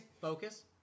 focus